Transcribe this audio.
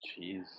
Jeez